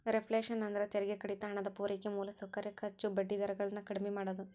reflation ಅಂದ್ರ ತೆರಿಗೆ ಕಡಿತ ಹಣದ ಪೂರೈಕೆ ಮೂಲಸೌಕರ್ಯ ಖರ್ಚು ಬಡ್ಡಿ ದರ ಗಳನ್ನ ಕಡ್ಮಿ ಮಾಡುದು